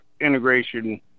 integration